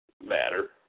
matter